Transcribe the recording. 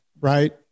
right